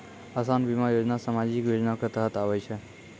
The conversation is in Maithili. असान बीमा योजना समाजिक योजना के तहत आवै छै